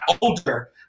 older